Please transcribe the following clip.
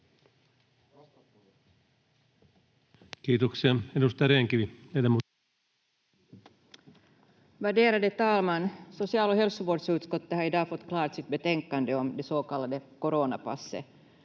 Kiitoksia. — Edustaja Rehn-Kivi. Värderade talman! Social- och hälsovårdsutskottet har i dag fått klart sitt betänkande om det så kallade coronapasset.